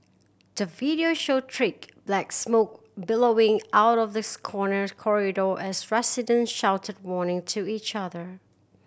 the video showed trick black smoke billowing out of this corner corridor as residents shouted warning to each other